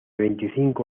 veinticinco